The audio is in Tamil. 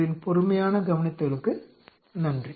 தங்களுக்கு நன்றி